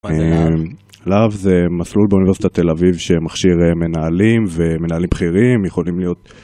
להב זה מסלול באוניברסיטת תל אביב שמכשיר מנהלים ומנהלים בכירים. יכולים להיות...